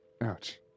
Ouch